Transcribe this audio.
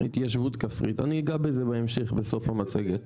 התיישבות כפרית, אני אגע בזה בהמשך בסוף המצגת,